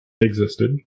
existed